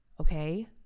Okay